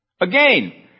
Again